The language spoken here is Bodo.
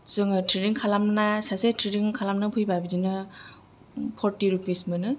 जोङो थ्रेडिं खालामना सासे थ्रेडिं खालामनो फैबा बिदिनो फरटि रुपिस मोनो